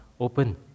open